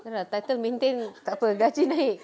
ya lah title maintain tak apa gaji naik